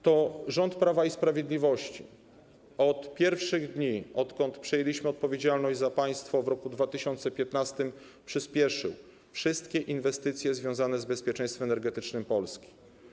To rząd Prawa i Sprawiedliwości od pierwszych dni, odkąd przejął odpowiedzialność za państwo w roku 2015, przyśpieszył realizację wszystkich inwestycji związanych z bezpieczeństwem energetycznym Polski.